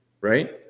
right